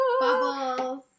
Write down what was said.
Bubbles